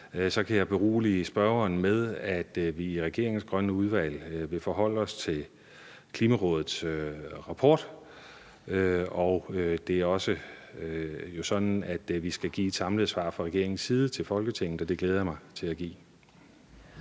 så kan jeg berolige spørgeren med, at vi i regeringens grønne udvalg vil forholde os til Klimarådets rapport. Og det er jo også sådan, at vi fra regeringens side skal give et samlet svar til Folketinget, og det glæder jeg mig til at give.